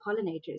pollinators